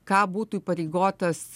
ką būtų įpareigotas